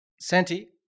Santi